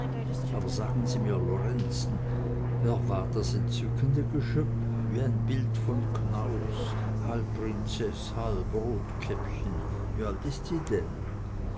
aber sagen sie mir lorenzen wer war das entzückende geschöpf wie ein bild von knaus halb prinzeß halb rotkäppchen wie alt ist sie denn